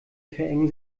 verengen